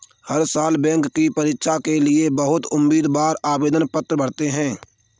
हर साल बैंक की परीक्षा के लिए बहुत उम्मीदवार आवेदन पत्र भरते हैं